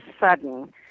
sudden